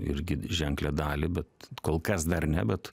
irgi ženklią dalį bet kol kas dar ne bet